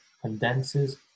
condenses